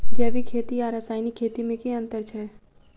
जैविक खेती आ रासायनिक खेती मे केँ अंतर छै?